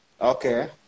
Okay